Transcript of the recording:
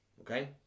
Okay